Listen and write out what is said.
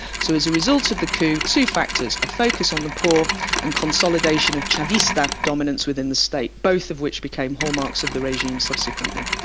so as a result of the coup, two factors a focus on the poor and consolidation of chavista dominance within the state, both of which became hallmarks of the regime subsequently.